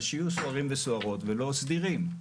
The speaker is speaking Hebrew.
אבל שיהיו סוהרים וסוהרות ולא סדירים.